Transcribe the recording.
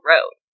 Road